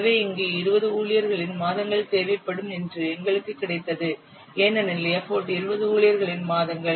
எனவே இங்கு 20 ஊழியர்களின் மாதங்கள் தேவைப்படும் என்று எங்களுக்கு கிடைத்தது ஏனெனில் எப்போட் 20 ஊழியர்களின் மாதங்கள்